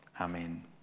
Amen